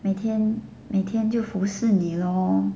每天每天就服侍你 loh